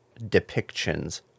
depictions